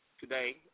today